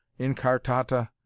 incartata